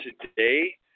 today